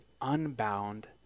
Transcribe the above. unbound